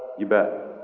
you bet.